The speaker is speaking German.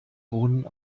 wohnen